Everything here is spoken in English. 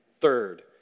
third